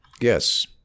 Yes